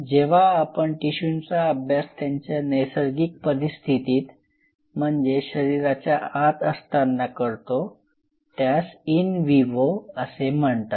जेव्हा आपण टिशूंचा अभ्यास त्यांच्या नैसर्गिक परिस्थितीत म्हणजे शरीराच्या आत असताना करतो त्यास इन विवो असे म्हणतात